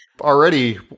Already